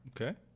okay